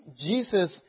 Jesus